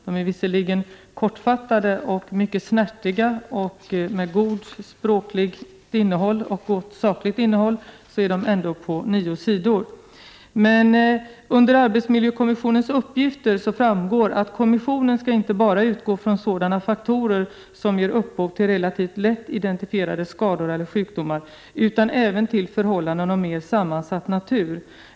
De är visserligen kortfattade och mycket snärtiga och har ett gott språkligt och sakligt innehåll, men de omfattar ändå nio sidor. Av arbetsmiljökommissionens uppgifter framgår att kommissionen inte bara skall utgå från sådana faktorer som ger upphov till relativt lätt identifierade skador eller sjukdomar utan även från förhållanden av mera sammansatt natur.